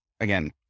Again